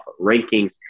rankings